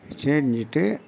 செஞ்சுட்டு